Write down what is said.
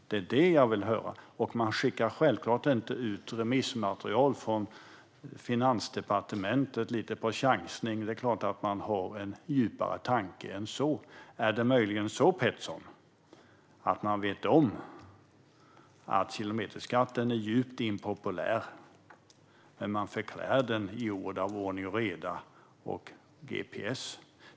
Det är det jag vill höra. Man skickar självklart inte ut remissmaterial från Finansdepartementet lite på chansning, utan det är klart att man har en djupare tanke än så. Är det möjligen så, Pettersson, att man vet om att kilometerskatten är djupt impopulär men att man förklär den i ord om ordning och reda och gps?